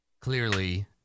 clearly